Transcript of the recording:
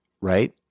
Right